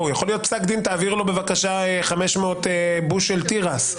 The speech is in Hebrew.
יכול להיות פסק דין האומר שתעביר לו בבקשה 500 קילו של תירס.